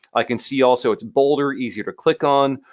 i can see also it's bolder, easier to click on,